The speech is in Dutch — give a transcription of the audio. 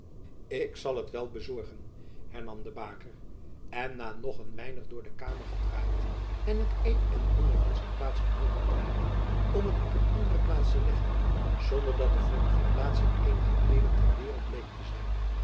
k zal t wel bezorgen hernam de baker en na nog een weinig door de kamer gedraaid en het een en ander van zijn plaats genomen te hebben om het op een andere plaats te leggen zonder dat er voor die verplaatsing eenige reden ter waereld bleek te zijn